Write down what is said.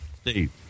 Steve